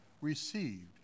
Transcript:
received